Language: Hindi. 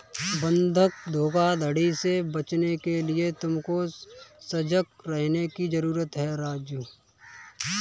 बंधक धोखाधड़ी से बचने के लिए तुमको सजग रहने की जरूरत है राजु